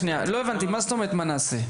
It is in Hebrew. מה זאת אומרת מה נעשה?